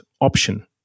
option